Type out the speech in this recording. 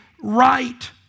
right